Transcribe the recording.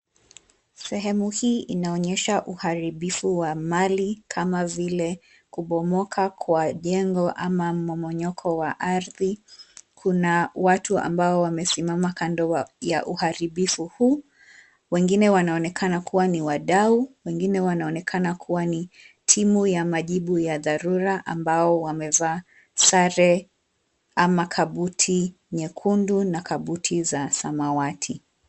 Sehemu hii inaonyesha uharibifu wa mali kama vile kubomoka kwa jengo ama mmonyoko wa ardhi. Kuna watu ambao wamesimama kando ya uharibifu huu. Wengine wanaonekana kuwa ni wadau, wengine wanaonekana kuwa ni timu ya majibu ya dharura ambao wamevaa sare ama kabuti nyekundu na kabuti za samawati.